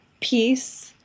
peace